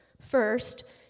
First